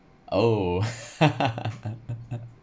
oh